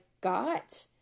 got